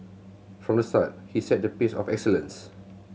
from the start he set the pace of excellence